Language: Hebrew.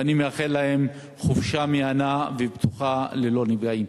ואני מאחל להם חופשה מהנה ובטוחה ללא נפגעים.